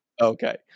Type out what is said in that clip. Okay